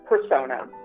persona